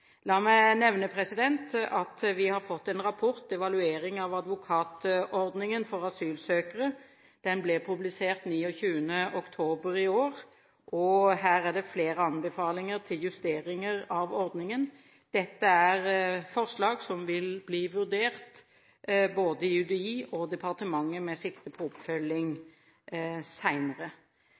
La meg nevne at vi har fått en rapport som heter Evaluering av advokatordningen for asylsøkere. Den ble publisert den 29. oktober i år, og her er det flere anbefalinger til justeringer av ordningen. Dette er forslag som vil bli vurdert både i UDI og departementet, med sikte på oppfølging